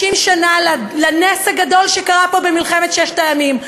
50 שנה לנס הגדול שקרה פה במלחמת ששת הימים,